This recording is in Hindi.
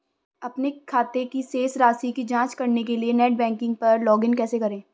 अपने खाते की शेष राशि की जांच करने के लिए नेट बैंकिंग पर लॉगइन कैसे करें?